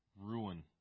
ruin